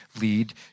lead